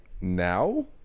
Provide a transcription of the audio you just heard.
now